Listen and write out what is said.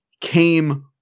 came